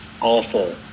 awful